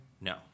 No